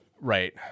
right